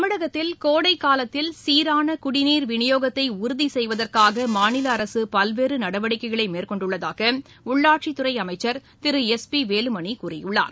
தமிழகத்தில் கோடைக் காலத்தில் சீரான குடிநீர் விநியோகத்தை உறுதி செய்வதற்காக மாநிலஅரசு பல்வேறு நடவடிக்கைகளை மேற்கொண்டுள்ளதாக உள்ளாட்சித் துறை அமைச்சர் திரு எஸ் பி வேலுமணி கூறியுள்ளார்